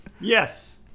Yes